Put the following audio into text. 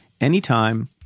anytime